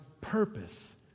purpose